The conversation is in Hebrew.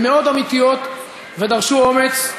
והן מאוד אמיתיות ודרשו אומץ,